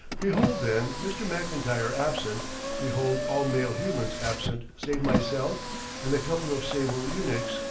behold, then, mr. mclntyre absent behold all male humans absent save myself and a couple of sable eunuchs,